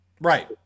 right